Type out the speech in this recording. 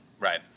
Right